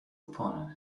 upon